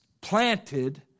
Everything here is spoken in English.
planted